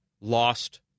lost